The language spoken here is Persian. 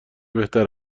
بهتر